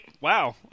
Wow